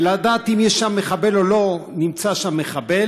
ולדעת אם יש שם מחבל או לא נמצא שם מחבל,